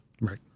Right